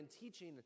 teaching